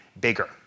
bigger